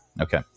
okay